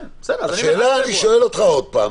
אני שואל אותך עוד פעם.